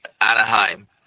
anaheim